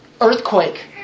Earthquake